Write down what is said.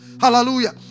Hallelujah